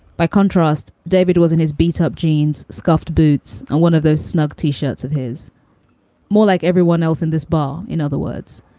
by contrast, david was in his beat-up jeans, scuffed boots, and one of those snug t shirts of his more like everyone else in this bar. in other words,